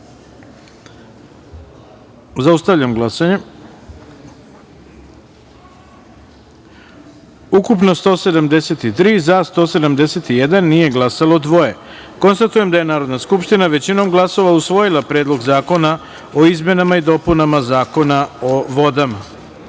taster. Zaustavljam glasanje: ukupno 173, za – 171, nije glasalo - dvoje. Konstatujem da je Narodna skupština većinom glasova usvojila Predlog zakona o izmenama i dopunama Zakona o vodama. Pre